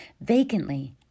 vacantly